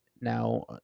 now